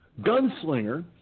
Gunslinger